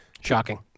Shocking